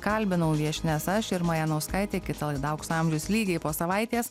kalbinau viešnias aš irma janauskaitė kita laida aukso amžius lygiai po savaitės